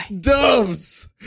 Doves